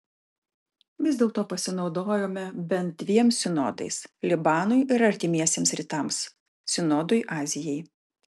vis dėlto pasinaudojome bent dviem sinodais libanui ir artimiesiems rytams sinodui azijai